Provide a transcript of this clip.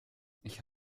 ich